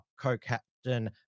co-captain